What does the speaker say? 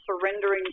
surrendering